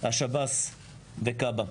השב"ס וכב"ה.